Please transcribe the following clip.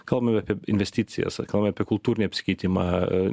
kalbam apie investicijas a kalbam apie kultūrinį apsikeitimą